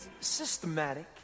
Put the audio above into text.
Systematic